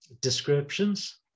descriptions